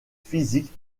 physique